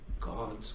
God's